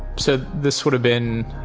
so this would have been